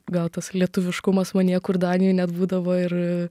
gal tas lietuviškumas manyje kur danijoj net būdavo ir